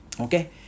Okay